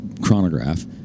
chronograph